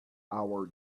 our